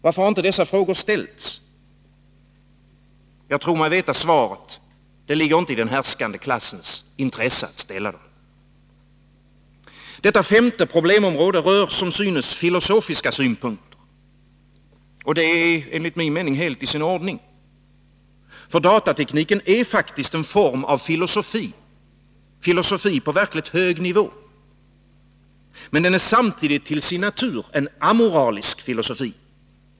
Varför har inte dessa frågor ställts? Jag tror mig veta svaret: Det ligger inte i den härskande klassens intresse att ställa dem. Detta femte problemområde rör som synes filosofiska synpunkter. Det är enligt min mening helt i sin ordning. Ty datatekniken är faktiskt en form av filosofi på verkligt hög nivå. Men den är till sin natur en amoralisk filosofi.